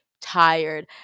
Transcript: tired